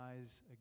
eyes